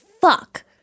Fuck